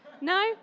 No